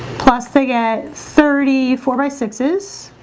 plus they get thirty four by sixes